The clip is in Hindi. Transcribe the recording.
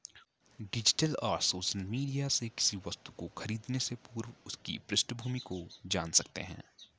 डिजिटल और सोशल मीडिया मार्केटिंग से किसी वस्तु को खरीदने से पूर्व उसकी पृष्ठभूमि को जान सकते है